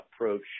approach